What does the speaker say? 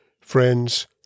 friends